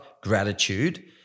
gratitude